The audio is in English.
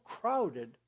crowded